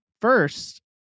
first